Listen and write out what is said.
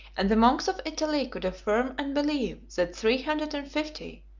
and the monks of italy could affirm and believe that three hundred and fifty,